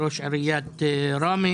ראש עיריית ראמה